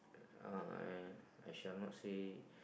uh ya ya I shall not say